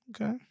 Okay